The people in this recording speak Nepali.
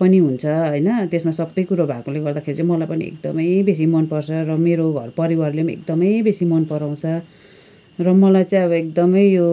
पनि हुन्छ होइन त्यसमा सबै कुरो भएकोले गर्दाखेरि चाहिँ मलाई पनि एकदमै बेसी मनपर्छ र मेरो घर परिवारले पनि एकदमै बेसी मन पराउँछ र मलाई चाहिँ अब एकदमै यो